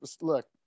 look